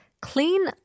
clean